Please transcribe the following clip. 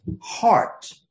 heart